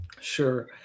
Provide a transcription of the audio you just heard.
Sure